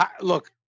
look